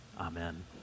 amen